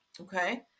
Okay